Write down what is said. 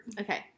okay